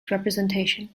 representation